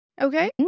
Okay